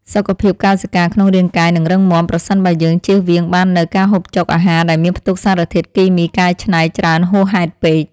សុខភាពកោសិកាក្នុងរាងកាយនឹងរឹងមាំ ប្រសិនបើយើងជៀសវាងបាននូវការហូបចុកអាហារដែលមានផ្ទុកសារធាតុគីមីកែច្នៃច្រើនហួសហេតុពេក។